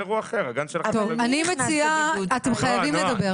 אני מציעה, אתם חייבים לדבר.